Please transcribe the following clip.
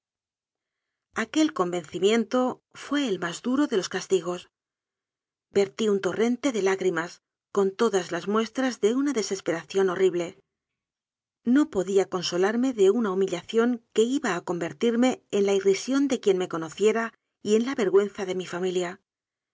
aquel convencimiento fué el más duro de los castigos vertí un torrente de lágrimas con todas las muestras de una desesperación horrible no podía consolarme de una humillación que iba a convertirme en la irrisión de quien me conociera y en la vergüenza de mi familia